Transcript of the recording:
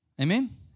Amen